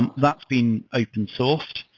and that's been open sourced.